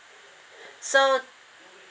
so